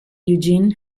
eugene